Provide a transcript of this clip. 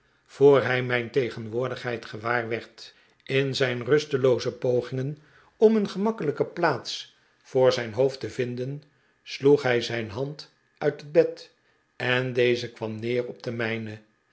voor hij mijn tegenwoordigheid gewaar werd in zijn rustelooze pogingen om een gemakkerijke plaats voor zijn hoofd te vinden sloeg hij zijn hand uit het bed en deze kwam neer op de